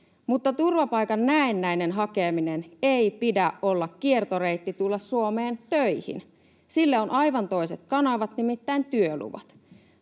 Mutta turvapaikan näennäisen hakemisen ei pidä olla kiertoreitti tulla Suomeen töihin. Sille on aivan toiset kanavat, nimittäin työluvat.